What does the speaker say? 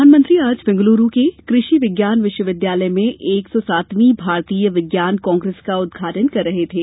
प्रधानमंत्री आज बेगलुरू के कृषि विज्ञान विश्व विद्यालय में एक सौ सातवीं भारतीय विज्ञान कांग्रेस का उद्घाटन कर रहे थे